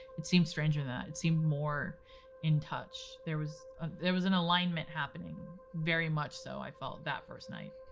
it seemed stranger than that. it seemed more in touch. there was ah there was an alignment happening very much so, i felt, that first night.